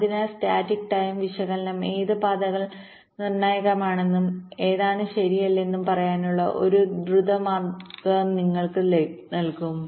അതിനാൽ സ്റ്റാറ്റിക് ടൈമിംഗ്വിശകലനം ഏത് പാതകൾ നിർണായകമാണെന്നും ഏതാണ് ശരിയല്ലെന്നും പറയാനുള്ള ഒരു ദ്രുത മാർഗം നിങ്ങൾക്ക് നൽകും